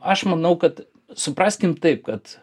aš manau kad supraskim taip kad